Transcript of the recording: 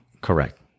Correct